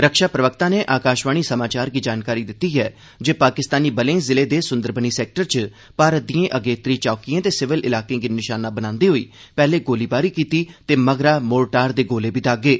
रक्षा प्रवक्ता नै आकाशवाणी समाचार गी जानकारी दिती ऐ जे पाकिस्तानी बलें जिले दे सुन्दरबनी सैक्टर च भारत दियें अगेत्रियें चौकियें ते सिविल इलाकें गी नशाना बनांदे होई पैहले गोलीबारी कीती ते मगरा मोर्टार दे गोले बी स्ट्टे